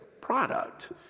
product